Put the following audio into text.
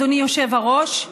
אדוני היושב-ראש,